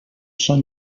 són